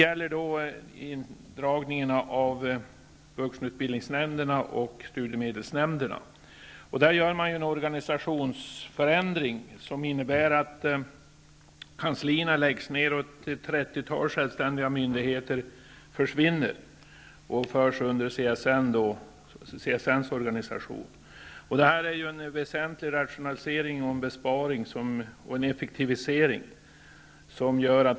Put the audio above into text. När det gäller vuxenutbildningsnämnderna och studiemedelsnämnderna gör man en organisationsförändring, som innebär att kanslierna läggs ned och ett trettiotal självständiga myndigheter försvinner; de förs in under SCN:s organisation. Detta är ju en väsentlig besparing, rationalisering och effektivisering.